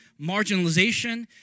marginalization